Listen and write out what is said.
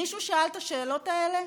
מישהו שאל את השאלות האלה,